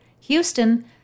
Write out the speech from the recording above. Houston